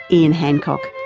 ian hancock.